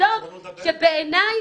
עזוב את זה שבעיניי